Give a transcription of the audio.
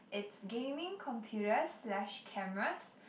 it's gaming computers slash cameras